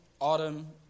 Autumn